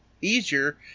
easier